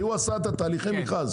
כי הוא עשה את תהליכי המכרז.